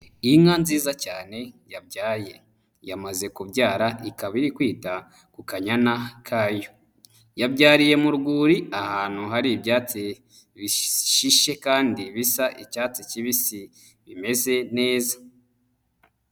Inka nziza cyane yabyaye. Yamaze kubyara ikaba iri kwita ku kanyana kayo. Yabyariye mu rwuri ahantu hari ibyatsi bishishe kandi bisa icyatsi kibisi bimeze neza.